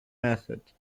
method